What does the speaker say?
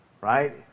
Right